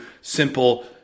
simple